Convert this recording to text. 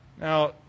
Now